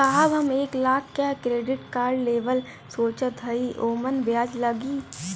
साहब हम एक लाख तक क क्रेडिट कार्ड लेवल सोचत हई ओमन ब्याज कितना लागि?